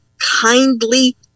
kindly